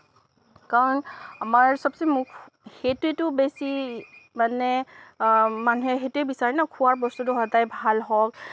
কাৰণ আমাৰ সবচে মুখ সেইটোয়েইটো বেছি মানে মানুহে সেইটোয়েই বিচাৰে ন খোৱা বস্তুটো সদায় ভাল হওঁক